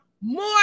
more